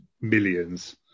millions